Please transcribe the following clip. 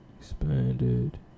Expanded